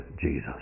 Jesus